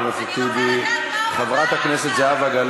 אנחנו בעלי המקום פה ושם ובכל